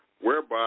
whereby